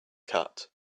cut